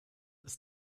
ist